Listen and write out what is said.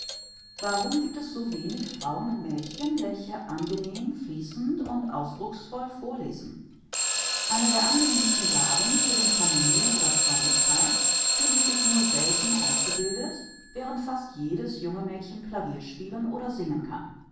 warum giebt es so wenig frauen und mädchen welche angenehm fließend und ausdrucksvoll vorlesen eine der angenehmsten gaben für den familien oder freundeskreis findet sich nur selten ausgebildet während fast jedes junge mädchen clavier spielen oder singen kann